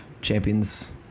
Champions